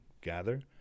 gather